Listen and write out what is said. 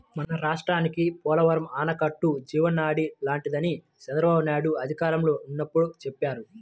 మన రాష్ట్రానికి పోలవరం ఆనకట్ట జీవనాడి లాంటిదని చంద్రబాబునాయుడు అధికారంలో ఉన్నప్పుడు చెప్పేవారు